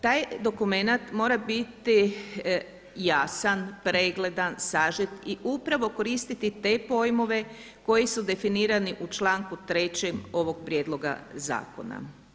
Taj dokumenat mora biti jasan, pregledan, sažet i upravo koristiti te pojmove koji su definirani u članku 3. ovog prijedloga zakona.